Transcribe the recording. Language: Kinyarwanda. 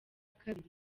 kabiri